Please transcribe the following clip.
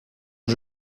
que